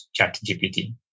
ChatGPT